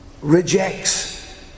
Rejects